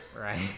right